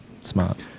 Smart